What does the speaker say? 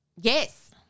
Yes